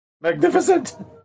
magnificent